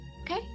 Okay